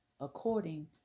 according